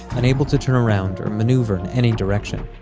unable to turn around or maneuver in any direction.